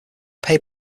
paid